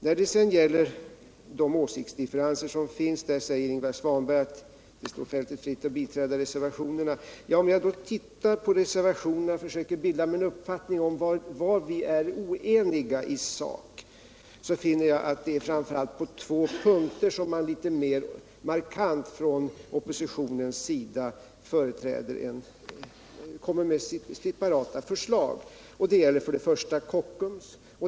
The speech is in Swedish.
När det gäller de åsiktsskillnader som finns säger Ingvar Svanberg att fältet är fritt att biträda reservationerna. Om jag då tittar på reservationerna och försöker bilda mig en uppfattning om vad vi är oeniga om i sak, så finner jag att det är framför allt på två punkter som oppositionen litet mer markant kommer med separata förslag. Det gäller för det första Kockums.